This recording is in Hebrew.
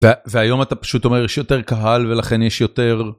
והיום אתה פשוט אומר יש יותר קהל ולכן יש יותר.